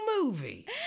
movie